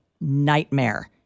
nightmare